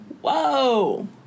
whoa